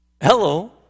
hello